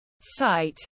site